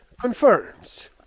confirms